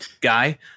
guy